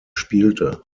spielte